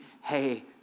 hey